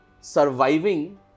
surviving